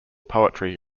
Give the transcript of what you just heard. poetry